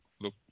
look